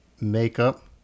makeup